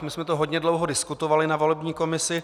My jsme to hodně dlouho diskutovali na volební komisi.